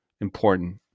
important